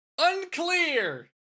Unclear